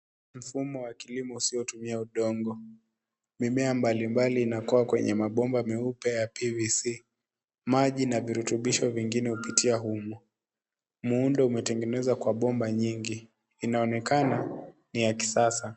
Mfumo wa kilimo usiotumia udongo, mimea mbalimbali inakuwa kwenye mabomba meupe ya PVC.Maji na virutubisho vingine hupitia humo, muundo umetengenezwa kwa bomba nyingi, inaonekana ni ya kisasa.